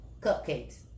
cupcakes